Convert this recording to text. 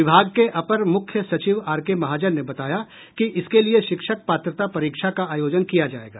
विभाग के अपर मुख्य सचिव आर के महाजन ने बताया है कि इसके लिये शिक्षक पात्रता परीक्षा का आयोजन किया जाएगा